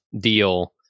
deal